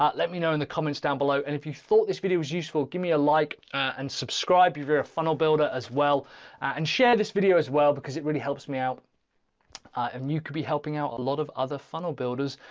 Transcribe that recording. let me know in the comments down below. and if you thought this video was useful, give me a like and subscribe if you're a funnel builder as well and share this video as well because it really helps me out and you could be helping out a lot of other funnel builders.